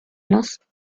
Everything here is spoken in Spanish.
los